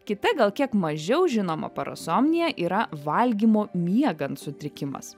kita gal kiek mažiau žinoma parasomnija yra valgymo miegant sutrikimas